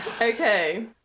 Okay